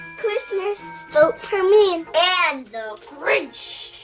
christmas, vote for me. and the grinch.